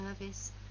service